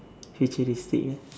futuristic ah